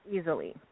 easily